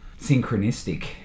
synchronistic